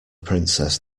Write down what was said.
princess